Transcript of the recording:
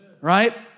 right